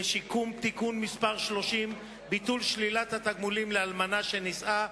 (תיקון מס' 30) (ביטול שלילת תגמולים לאלמנה שנישאה),